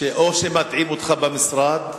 שאו שמטעים אותך במשרד,